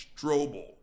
Strobel